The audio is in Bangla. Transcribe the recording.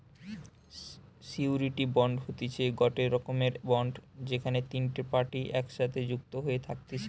সিওরীটি বন্ড হতিছে গটে রকমের বন্ড যেখানে তিনটে পার্টি একসাথে যুক্ত হয়ে থাকতিছে